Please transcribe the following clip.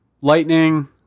lightning